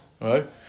Right